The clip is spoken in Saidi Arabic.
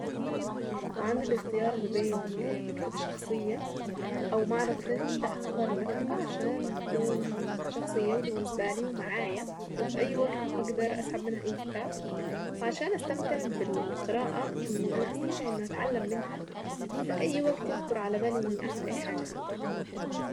لو عندي الاختيار ما بين مكتبة شخصية او معرض فني هاختار المكتبة عشان يكون شخصية وبالنسبة لي ومعايا وفي اي وقت اقدر اسحب منها اي كتاب وعشان استمتع بالقراءة انه انا استمتع اني اتعلم منها في اي وقت يخطر على بالي اني اعمل اي حاجة فيها.